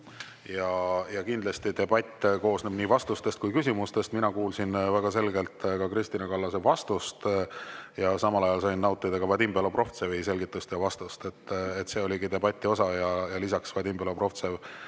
ja kindlasti koosneb debatt vastustest ja küsimustest. Mina kuulsin väga selgelt ka Kristina Kallase vastust ja samal ajal sain nautida Vadim Belobrovtsevi selgitust ja vastust. See oligi debati osa. Lisaks esitas Vadim Belobrovtsev